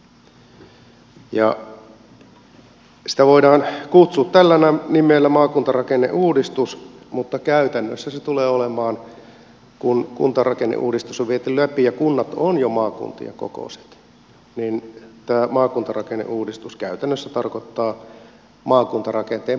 sitä voidaan kutsua tällä nimellä maakuntarakenneuudistus mutta kun kuntarakenneuudistus on viety läpi ja kunnat ovat jo maakuntien kokoiset tämä maakuntarakenneuudistus käytännössä tarkoittaa maakuntarakenteen purkamista